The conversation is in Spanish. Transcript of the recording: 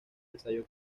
ensayo